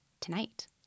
tonight